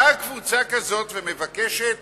באה קבוצה כזאת ומבקשת